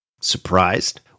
Surprised